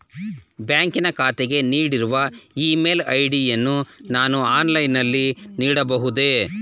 ಬ್ಯಾಂಕಿನ ಖಾತೆಗೆ ನೀಡಿರುವ ಇ ಮೇಲ್ ಐ.ಡಿ ಯನ್ನು ನಾನು ಆನ್ಲೈನ್ ನಲ್ಲಿ ನೀಡಬಹುದೇ?